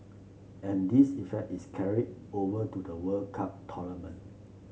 and this effect is carried over to the World Cup tournament